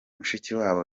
mushikiwabo